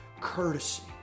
courtesy